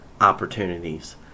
opportunities